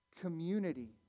Community